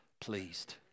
pleased